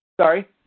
Sorry